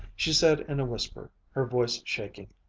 she said in a whisper, her voice shaking,